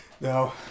no